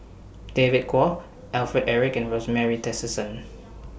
David Kwo Alfred Eric and Rosemary Tessensohn